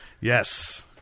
Yes